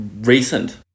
recent